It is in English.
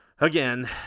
again